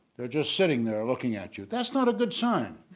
they're just sitting there looking at you. that's not a good sign,